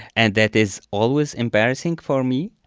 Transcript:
and that is always embarrassing for me,